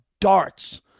darts